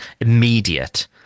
immediate